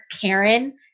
Karen